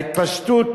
ההתפשטות